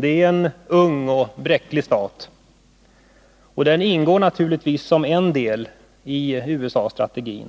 Det är en ung och bräcklig stat, och den ingår naturligtvis som en del i USA:s strategi.